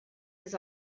his